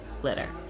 glitter